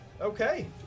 Okay